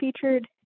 featured